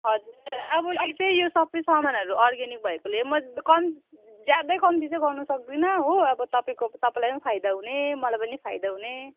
हजुर यो सबै सामानहरू अर्ग्यानिक भएकोले ज्यादै कम्ती चाहिँ गर्नु सक्दिनँ हो अब तपाईँको तपाईँलाई पनि फाइदा हुने मलाई पनि फाइदा हुने